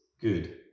good